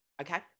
Okay